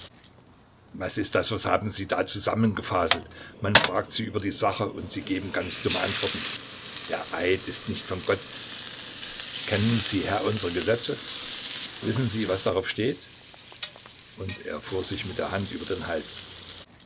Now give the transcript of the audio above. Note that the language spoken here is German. was ist das was haben sie da zusammengefaselt man fragt sie über die sache und sie geben ganz dumme antworten der eid ist nicht von gott kennen sie herr unsere gesetze wissen sie was darauf steht und er fuhr sich mit der hand über den hals